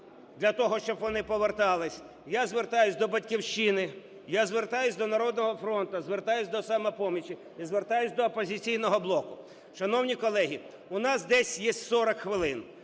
для того, щоб вони поверталися. Я звертаюся до "Батьківщини", я звертаюсь до "Народного фронту", звертаюсь до "Самопомочі" і звертаюсь до "Опозиційного блоку". Шановні колеги, у нас десь єсть 40 хвилин,